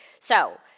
so,